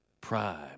prime